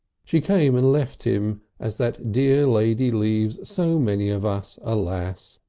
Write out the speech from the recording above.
she came and left him as that dear lady leaves so many of us, alas!